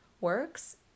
works